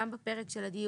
גם בפרק של הדיור,